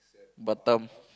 Batam